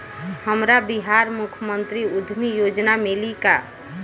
हमरा बिहार मुख्यमंत्री उद्यमी योजना मिली का?